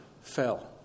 fell